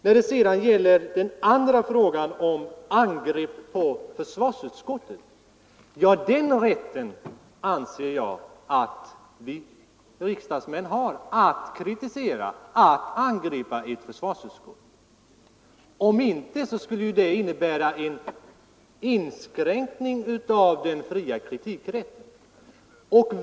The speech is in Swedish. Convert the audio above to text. När det sedan gäller den andra frågan, om angrepp på försvarsutskottet, vill jag säga att jag anser att vi riksdagsmän har rätt att kritisera försvarsutskottet. Om inte, skulle det ju innebära en inskränkning av den fria kritikrätten.